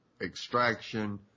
extraction